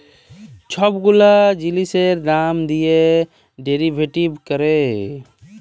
ছব গুলা জিলিসের দাম দিঁয়ে ডেরিভেটিভ ক্যরে